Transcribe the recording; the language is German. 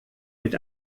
mit